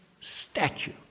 statue